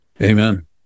Amen